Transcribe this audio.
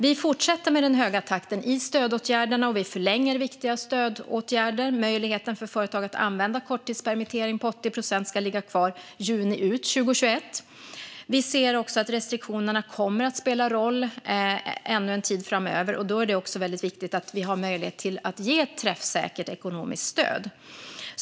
Vi fortsätter med den höga takten i stödåtgärderna, och vi förlänger viktiga stödåtgärder. Möjligheten för företag att använda korttidspermittering på 80 procent ska ligga kvar juni ut 2021. Vi ser också att restriktionerna kommer att spela roll ännu en tid framöver, och då är det också väldigt viktigt att vi har möjlighet att ge träffsäkert ekonomiskt stöd.